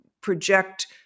project